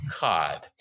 God